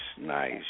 nice